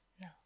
No